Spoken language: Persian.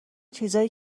چیزای